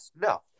No